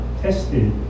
tested